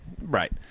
right